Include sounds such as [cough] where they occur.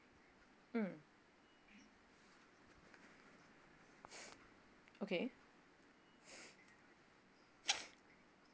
mm [breath] okay [breath]